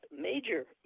major